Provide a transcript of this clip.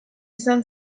izan